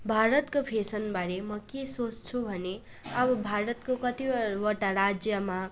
भारतको फेसनबारे म के सोच्छु भने अब भारतको कतिवटा राज्यमा